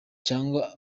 cyangwa